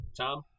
Tom